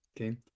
Okay